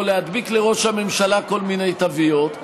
או להדביק לראש הממשלה כל מיני תוויות.